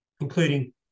including